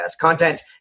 content